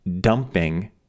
dumping